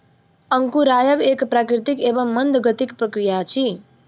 अंकुरायब एक प्राकृतिक एवं मंद गतिक प्रक्रिया अछि